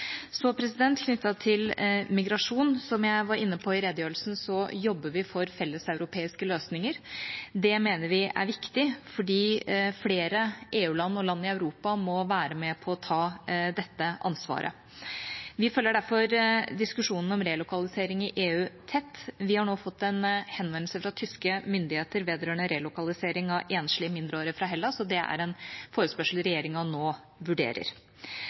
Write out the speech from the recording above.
Så til migrasjon. Som jeg var inne på i redegjørelsen, jobber vi for felleseuropeiske løsninger. Det mener vi er viktig fordi flere EU-land og land i Europa må være med på å ta dette ansvaret. Vi følger derfor diskusjonen om relokalisering i EU tett. Vi har nå fått en henvendelse fra tyske myndigheter vedrørende relokalisering av enslige mindreårige fra Hellas, og det er en forespørsel regjeringa nå vurderer.